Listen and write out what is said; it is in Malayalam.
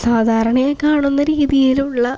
സാധാരണയായി കാണുന്ന രീതിയിലുള്ള